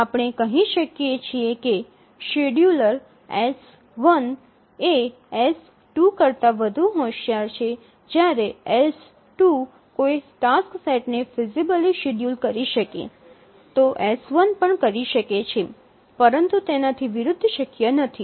આપણે કહી છીએ કે શેડ્યૂલર S1 એ S2 કરતા વધુ હોશિયાર છે જ્યારે S2 કોઈ ટાસ્ક સેટને ફિઝીબલી શેડ્યૂલ કરી શકે તો S1 પણ કરી શકે છે પરંતુ તેનાથી વિરુદ્ધ શક્ય નથી